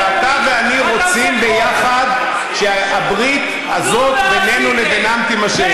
ואתה ואני רוצים יחד שהברית הזאת בינינו לבינם תימשך,